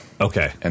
Okay